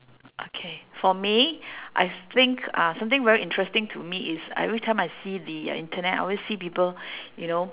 okay for me I think uh something very interesting to me is everytime I see the uh internet I always see people you know